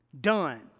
Done